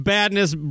Badness